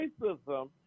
racism